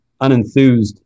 unenthused